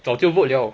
早就 vote liao